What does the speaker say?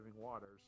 waters